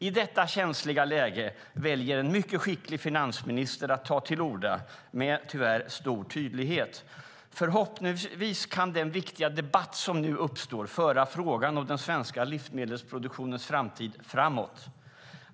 I detta känsliga läge väljer en mycket skicklig finansminister att ta till orda med - tyvärr - stor tydlighet. Förhoppningsvis kan den viktiga debatt som nu uppstår föra frågan om den svenska livsmedelsproduktionens framtid framåt.